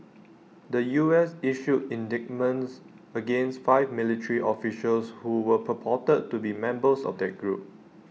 the U S issued indictments against five military officials who were purported to be members of that group